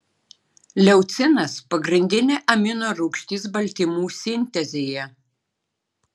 leucinas pagrindinė amino rūgštis baltymų sintezėje